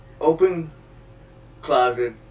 open-closet